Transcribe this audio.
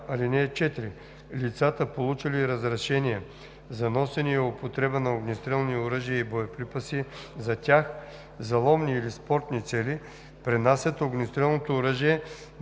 „(4) Лицата, получили разрешение за носене и употреба на огнестрелни оръжия и боеприпаси за тях за ловни или спортни цели, пренасят огнестрелното оръжие